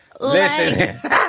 Listen